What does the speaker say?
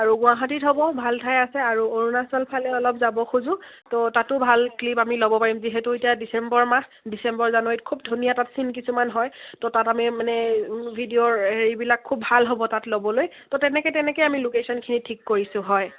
আৰু গুৱাহাটীত হ'ব ভাল ঠাই আছে আৰু অৰুণাচল ফালে অলপ যাব খোজোঁ ত' তাতো ভাল ক্লিপ আমি ল'ব পাৰিম যিহেতু এতিয়া ডিচেম্বৰ মাহ ডিচেম্বৰ জানুৱাৰীত খুব ধুনীয়া তাত চিন কিছুমান হয় ত' তাত আমি মানে ভিডিঅ' হেৰিবিলাক খুব ভাল হ'ব তাত ল'বলৈ ত' তেনেকে তেনেকে আমি লোকেশ্যনখিনি ঠিক কৰিছোঁ হয়